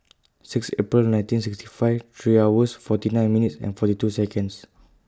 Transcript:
six April nineteen sixty five three hours forty nine minutes and forty two Seconds